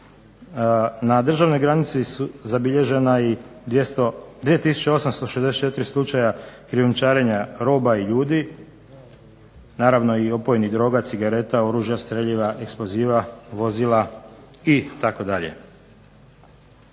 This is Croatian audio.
Na državnoj granici su zabilježena i 2 864 slučaja krijumčarenja roba i ljudi, naravno i opojnih droga, cigareta, oružja, streljiva, eksploziva, vozila itd.